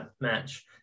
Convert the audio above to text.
match